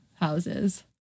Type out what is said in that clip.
houses